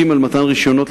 ג.